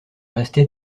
restait